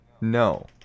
No